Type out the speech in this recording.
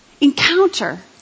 encounter